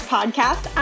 Podcast